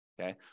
okay